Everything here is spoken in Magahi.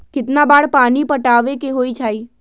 कितना बार पानी पटावे के होई छाई?